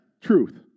truth